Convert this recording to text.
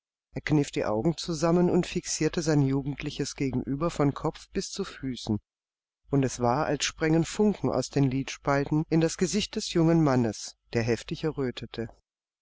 er kniff die augen zusammen und fixierte sein jugendliches gegenüber von kopf bis zu füßen und es war als sprängen funken aus den lidspalten in das gesicht des jungen menschen der heftig errötete